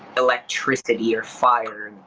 electricity or fire.